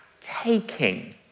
taking